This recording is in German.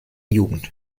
jugend